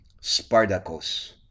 Spartacus